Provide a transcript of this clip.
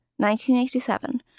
1987